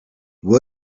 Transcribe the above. will